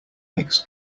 makes